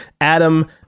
Adam